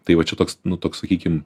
tai vat čia toks nu toks sakykim